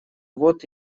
вот